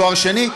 תואר שני,